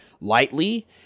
lightly